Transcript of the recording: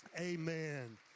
Amen